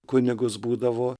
kunigus būdavo